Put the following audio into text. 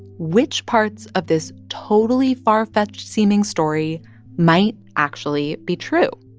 which parts of this totally far-fetched-seeming story might actually be true.